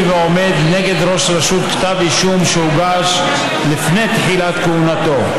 ועומד נגד ראש רשות כתב אישום שהוגש לפני תחילת כהונתו,